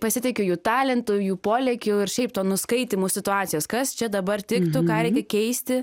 pasitikiu jų talentu jų polėkiu ir šiaip tuo nuskaitymu situacijos kas čia dabar tiktų ką reikia keisti